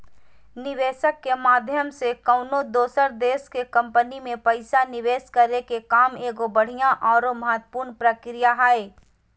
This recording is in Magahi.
निवेशक के माध्यम से कउनो दोसर देश के कम्पनी मे पैसा निवेश करे के काम एगो बढ़िया आरो महत्वपूर्ण प्रक्रिया हय